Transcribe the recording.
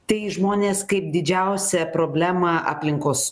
tai žmonės kaip didžiausią problemą aplinkos